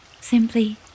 Simply